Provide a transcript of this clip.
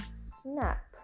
snap